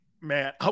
Man